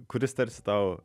kuris tarsi tau